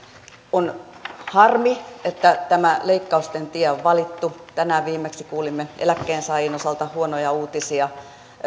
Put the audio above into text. on harmi että tämä leikkausten tie on valittu tänään viimeksi kuulimme eläkkeensaajien osalta huonoja uutisia